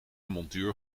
montuur